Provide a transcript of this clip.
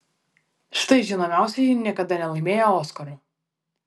štai žinomiausieji niekada nelaimėję oskaro